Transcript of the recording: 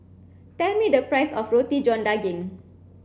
tell me the price of Roti John Daging